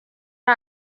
ari